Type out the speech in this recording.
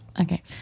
Okay